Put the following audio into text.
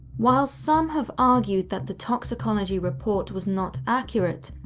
whilst some have argued that the toxicology report was not accurate,